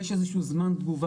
יש איזה שהוא זמן תגובה,